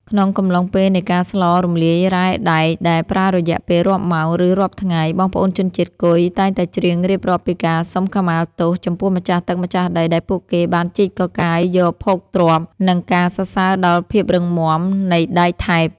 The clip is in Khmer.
ក្នុងកំឡុងពេលនៃការស្លរំលាយរ៉ែដែកដែលប្រើរយៈពេលរាប់ម៉ោង ឬរាប់ថ្ងៃ បងប្អូនជនជាតិគុយតែងតែច្រៀងរៀបរាប់ពីការសុំខមាទោសចំពោះម្ចាស់ទឹកម្ចាស់ដីដែលពួកគេបានជីកកកាយយកភោគទ្រព្យ និងការសរសើរដល់ភាពរឹងមាំនៃដែកថែប។